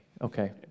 okay